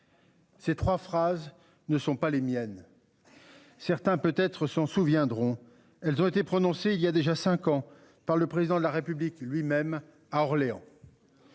Ces 3 phrases ne sont pas les miennes. Certains peut être s'en souviendront, elles ont été prononcées, il y a déjà 5 ans par le président de la République lui-même à Orléans.--